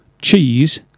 cheese